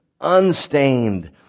unstained